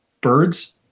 birds